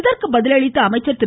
இதற்கு பதில் அளித்த அமைச்சர் திரு